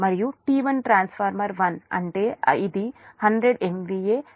మరియు T1 transformer 1 అంటే ఇది 100 MVA 11220 KV మరియు ఇచ్చిన XT1 కి 0